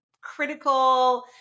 critical